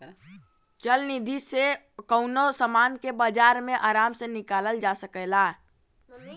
चल निधी से कउनो समान के बाजार मे आराम से निकालल जा सकल जाला